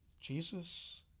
Jesus